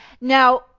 Now